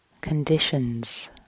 conditions